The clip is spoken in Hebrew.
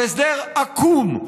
הוא הסדר עקום,